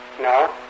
No